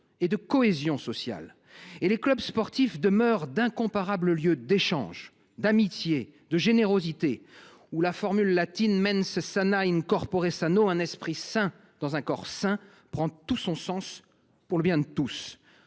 et de cohésion sociale. Les clubs sportifs demeurent d’incomparables lieux d’échanges, d’amitié, de générosité, où la formule latine –« un esprit sain dans un corps sain »– prend tout son sens pour le bien de tous.